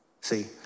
See